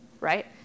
right